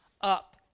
up